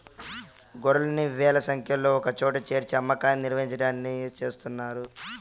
గొర్రెల్ని వేల సంఖ్యలో ఒకచోట చేర్చి అమ్మకాన్ని నిర్వహించడాన్ని చేస్తున్నారు